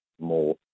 more